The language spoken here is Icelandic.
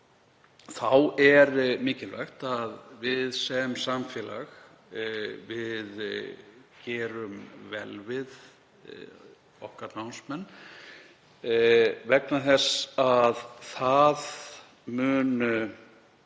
Þá er mikilvægt að við sem samfélag gerum vel við okkar námsmenn vegna þess að það mun